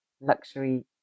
luxury